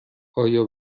آیا